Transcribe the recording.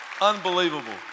Unbelievable